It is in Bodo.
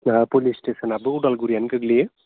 जाहा पुलिस स्टेसनाबो उदालगुरियानो गोग्लैयो